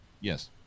Yes